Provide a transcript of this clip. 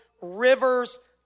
rivers